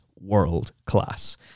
world-class